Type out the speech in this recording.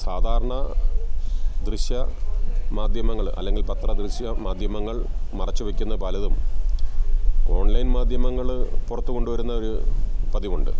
സാധാരണ ദൃശ്യ മാധ്യമങ്ങൾ അല്ലെങ്കിൽ പത്രദൃശ്യ മാധ്യമങ്ങൾ മറച്ചുവെയ്ക്കുന്ന പലതും ഓൺലൈൻ മാധ്യമങ്ങൾ പുറത്തുകൊണ്ടുവരുന്നയൊരു പതിവുണ്ട്